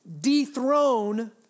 dethrone